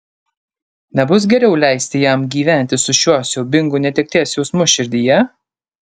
nebus geriau leisti jam gyventi su šiuo siaubingu netekties jausmu širdyje